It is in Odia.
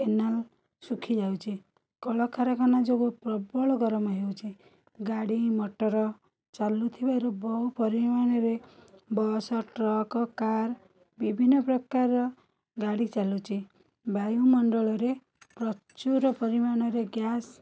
କେନାଲ ଶୁଖିଯାଉଛି କଳକାରଖାନା ଯୋଗୁଁ ପ୍ରବଳ ଗରମ ହେଉଛି ଗାଡ଼ି ମଟର ଚାଲୁଥିବାରୁ ବହୁ ପରିମାଣରେ ବସ୍ ଟ୍ରକ୍ କାର୍ ବିଭିନ୍ନ ପ୍ରକାର ଗାଡ଼ି ଚାଲୁଛି ବାୟୁମଣ୍ଡଳରେ ପ୍ରଚୁର ପରିମାଣରେ ଗ୍ଯାସ୍